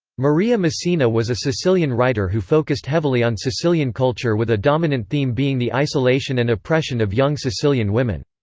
maria messina was a sicilian writer who focused heavily on sicilian culture with a dominant theme being the isolation and oppression of young sicilian women.